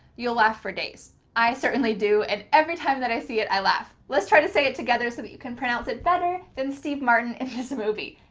you'll laugh for days. i certainly do, and every time that i see it i laugh. let's try to say it together so that you can pronounce it better than steve martin in this movie,